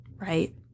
right